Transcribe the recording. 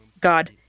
God